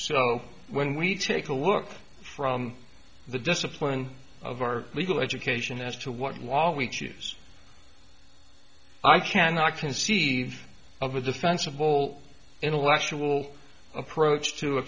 so when we take a look from the discipline of our legal education as to what law we choose i cannot conceive of a defensible intellectual approach to a